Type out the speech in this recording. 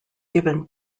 given